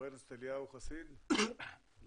אני